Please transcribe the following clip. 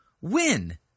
win